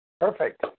Perfect